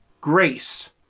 grace